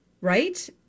Right